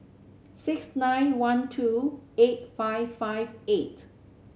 six nine one two eight five five eight